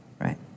right